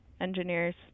engineers